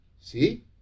See